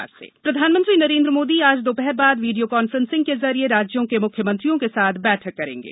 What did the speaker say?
प्रधानमंत्री बैठक प्रधानमंत्री नरेन्द्र मोदी आज दोपहर बाद वीडियो कॉन्फ्रेंस के ज़रिए राज्यों के मुख्यमंत्रियों के साथ बैठक करेंगे